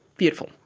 beautiful.